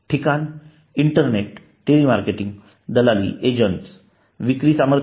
ठिकाण internet telemarketing दलाली agent विक्री सामर्थ्य